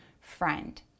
friend